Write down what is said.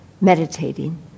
meditating